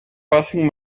passing